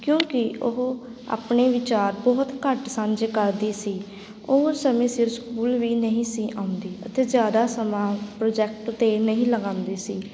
ਕਿਉਂਕਿ ਉਹ ਆਪਣੇ ਵਿਚਾਰ ਬਹੁਤ ਘੱਟ ਸਾਂਝੇ ਕਰਦੀ ਸੀ ਉਹ ਸਮੇਂ ਸਿਰ ਸਕੂਲ ਵੀ ਨਹੀਂ ਸੀ ਆਉਂਦੀ ਅਤੇ ਜ਼ਿਆਦਾ ਸਮਾਂ ਪ੍ਰੋਜੈਕਟ 'ਤੇ ਨਹੀਂ ਲਗਾਉਂਦੀ ਸੀ